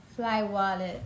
Flywallet